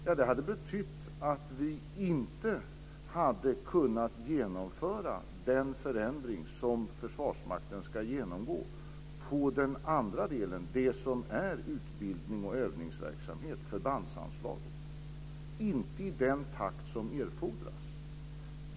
Jo, det hade betytt att vi inte hade kunnat genomföra den förändring som Försvarsmakten ska genomgå när det gäller den andra delen, det som är utbildning och övningsverksamhet - förbandsanslaget. Det hade vi inte kunnat i den takt som erfordras.